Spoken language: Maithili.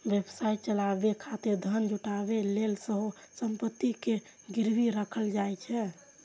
व्यवसाय चलाबै खातिर धन जुटाबै लेल सेहो संपत्ति कें गिरवी राखल जाइ छै